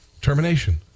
termination